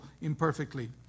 imperfectly